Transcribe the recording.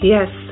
Yes